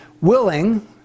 Willing